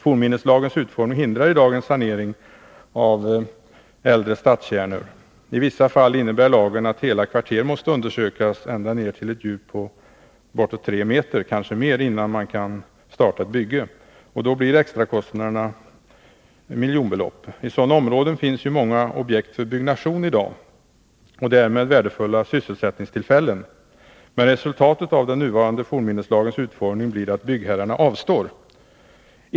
Fornminneslagens utformning hindrar i dag en sanering av äldre stadskärnor. I vissa fall innebär lagen att hela kvarter måste undersökas, ända ner till ett djup på bortåt 3 m, kanske mer, innan man kan starta ett bygge. Då blir extrakostnaderna miljonbelopp. I sådana områden finns ju många objekt för byggnation i dag och därmed värdefulla sysselsättningstillfällen. Men resultatet av den nuvarande fornminneslagens utformning blir att byggherrarna avstår.